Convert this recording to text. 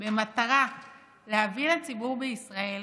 במטרה להביא לציבור בישראל